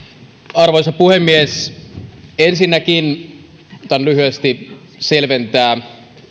arvoisa puhemies ensinnäkin koetan lyhyesti selventää